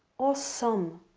or some.